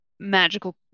Magical